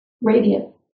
radiant